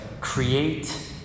create